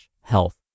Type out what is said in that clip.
health